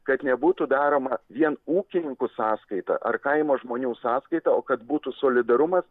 kad nebūtų daroma vien ūkininkų sąskaita ar kaimo žmonių sąskaita o kad būtų solidarumas